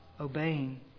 obeying